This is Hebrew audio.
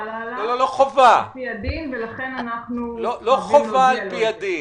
שחלה עליו על פי הדין ולכן אנחנו --- לא חובה על פי הדין.